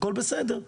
הכול בסדר.